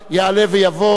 יעלה ויבוא,